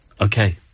Okay